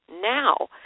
now